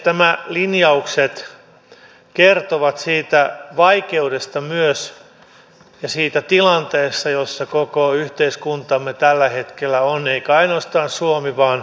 nämä linjaukset kertovat myös siitä vaikeudesta ja siitä tilanteesta jossa koko yhteiskuntamme tällä hetkellä on eikä ainoastaan suomi vaan koko euroalue